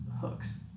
hooks